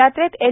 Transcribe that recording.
यात्रेत एल